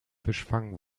fischfang